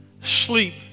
sleep